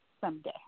someday